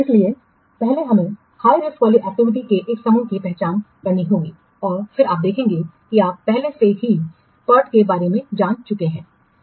इसलिए पहले हमें उच्च जोखिम वाली एक्टिविटीयों के एक समूह की पहचान करनी होगी और फिर आप देखेंगे कि आप पहले से ही पीईआरटी के बारे में जान चुके हैं